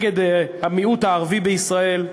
נגד המיעוט הערבי בישראל.